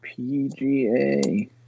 PGA